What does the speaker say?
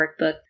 workbook